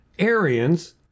Aryans